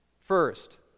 First